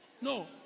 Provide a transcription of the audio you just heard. No